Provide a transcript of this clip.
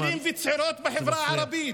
צעירים וצעירות בחברה הערבית